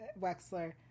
Wexler